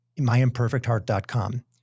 myimperfectheart.com